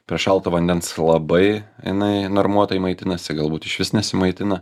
prie šalto vandens labai jinai normuotai maitinasi galbūt išvis nesimaitina